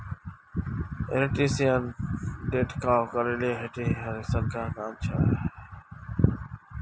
इंसेक्टिसाइडेर छिड़काव करले किटेर संख्या कम ह छ